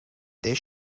this